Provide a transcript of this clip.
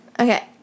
Okay